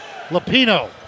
Lapino